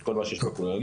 את כל מה שכלול בכוללנית.